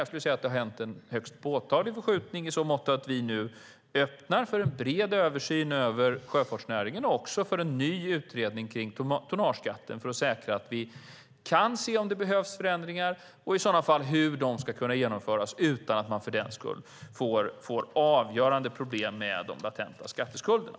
Jag skulle säga att en högst påtaglig förskjutning hänt i så måtto att vi nu öppnar för en bred översyn av sjöfartsnäringen och för en ny utredning av tonnageskatten för att säkra att vi kan se om det behövs förändringar och hur dessa i så fall kan genomföras utan att man för den skull får avgörande problem med de latenta skatteskulderna.